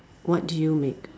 what do you make